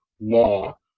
law